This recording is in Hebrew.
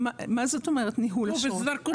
מה זאת אומרת ניהול אשרות?